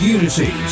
Unity